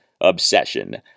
obsession